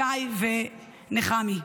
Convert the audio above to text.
שי ונחמי.